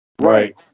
right